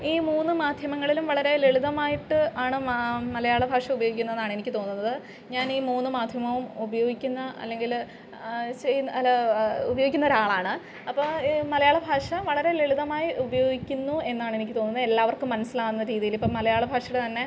ഈ മൂന്ന് മാധ്യമങ്ങളിലും വളരെ ലളിതമായിട്ട് ആണ് മലയാള ഭാഷ ഉപയോഗിക്കുന്നത് എന്നാണ് എനിക്ക് തോന്നുന്നത് ഞാൻ ഈ മൂന്ന് മാധ്യമവും ഉപയോഗിക്കുന്ന അല്ലെങ്കിൽ ആ അല്ല ഉപയോഗിക്കുന്നൊരാളാണ് അപ്പോൾ മലയാള ഭാഷ വളരെ ലളിതമായി ഉപയോഗിക്കുന്നു എന്നാണ് എനിക്ക് തോന്നുന്നത് എല്ലാവർക്കും മനസ്സിലാവുന്ന രീതിയിൽ ഇപ്പം മലയാള ഭാഷയുടെ തന്നെ